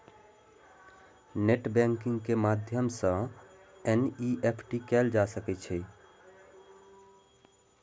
net banking के माध्यम सं एन.ई.एफ.टी कैल जा सकै छै